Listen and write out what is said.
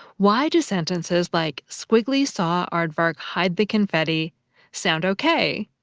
why do sentences like squiggly saw aardvark hide the confetti sound ok,